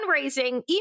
fundraising